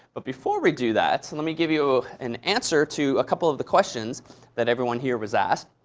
but before we do that, let me give you an answer to a couple of the questions that everyone here was asked.